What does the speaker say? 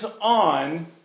on